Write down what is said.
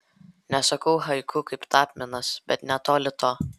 nesakau haiku kaip tapinas bet netoli to